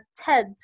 ted